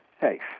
safe